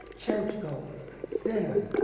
church-goers, sinners,